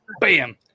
Bam